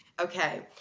Okay